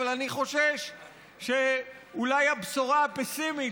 אבל אני חושש שאולי הבשורה הפסימית